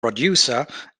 producer